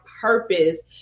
purpose